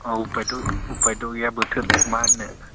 औ उफायथ' गैया बोथोर मा होननो